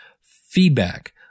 feedback